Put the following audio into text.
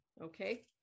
Okay